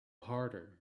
harder